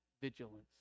vigilance